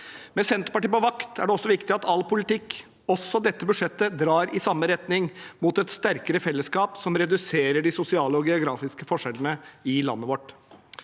Med Senterpartiet på vakt er det også viktig at all politikk, også dette budsjettet, drar i samme retning, mot et sterkere fellesskap som reduserer de sosiale og geografiske forskjellene i landet vårt.